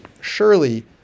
surely